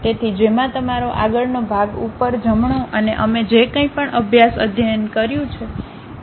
તેથી જેમાં તમારો આગળનો ભાગ ઉપર જમણો અને અમે જે કંઇ પણ અભ્યાસ અધ્યયન કર્યું છે તે શામેલ છે